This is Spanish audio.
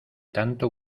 tanto